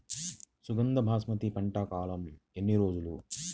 సుగంధ బాస్మతి పంట కాలం ఎన్ని రోజులు?